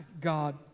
God